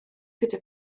gyda